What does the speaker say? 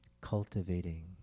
Cultivating